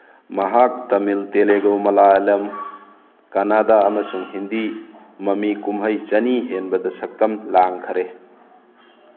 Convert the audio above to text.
ꯃꯍꯥꯛ ꯇꯃꯤꯜ ꯇꯦꯂꯨꯒꯨ ꯃꯂꯥꯌꯥꯂꯝ ꯀꯥꯅꯥꯗꯥ ꯑꯃꯁꯨꯡ ꯍꯤꯟꯗꯤ ꯃꯃꯤ ꯀꯨꯝꯍꯩ ꯆꯅꯤ ꯍꯦꯟꯕꯗ ꯁꯛꯇꯝ ꯂꯥꯡꯈꯔꯦ